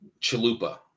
chalupa